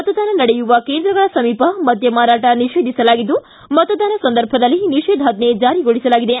ಮತದಾನ ನಡೆಯುವ ಕೇಂದ್ರಗಳ ಸಮೀಪ ಮದ್ಯ ಮಾರಾಟ ನಿಷೇಧಿಸಲಾಗಿದ್ದು ಮತದಾನ ಸಂದರ್ಭದಲ್ಲಿ ನಿಷೇಧಾಜ್ಞೆ ಜಾರಿಗೊಳಿಸಲಾಗಿದೆ